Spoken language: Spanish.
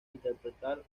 interpretar